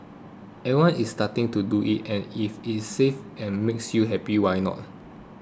everyone is starting to do it and if it is safe and makes you happy why not